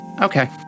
Okay